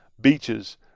beaches